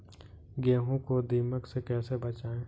गेहूँ को दीमक से कैसे बचाएँ?